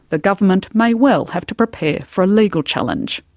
the government may well have to prepare for a legal challenge.